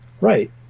right